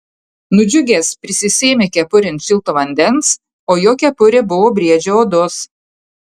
nudžiugęs prisisėmė kepurėn šito vandens o jo kepurė buvo briedžio odos